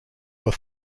were